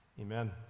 amen